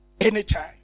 Anytime